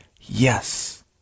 yes